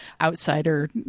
outsider